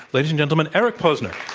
ladies and gentlemen, eric posner.